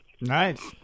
Nice